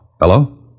Hello